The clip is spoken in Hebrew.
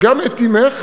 גם את אמך